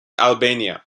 albania